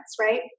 right